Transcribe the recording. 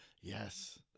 yes